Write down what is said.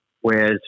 Whereas